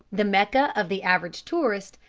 the mecca of the average tourist,